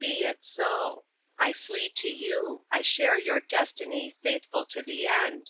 be it so i flee to you i share your destiny, faithful to the end.